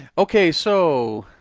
okay so.